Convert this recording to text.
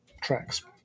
tracks